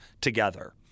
together